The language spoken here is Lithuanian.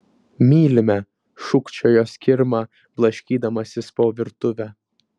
mylime šūkčiojo skirma blaškydamasis po virtuvę